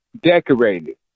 decorated